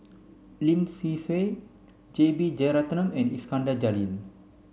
Lim Swee Say J B Jeyaretnam and Iskandar Jalil